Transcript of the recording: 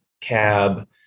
cab